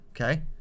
Okay